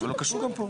אבל הוא קשור גם פה.